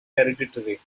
hereditary